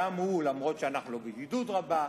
גם הוא, אף-על-פי שאנחנו בידידות רבה,